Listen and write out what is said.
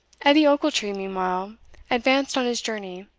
edie ochiltree meanwhile advanced on his journey.